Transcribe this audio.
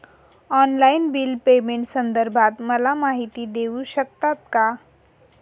Online bill पेमेंटसंदर्भात मला माहिती देऊ शकतात का?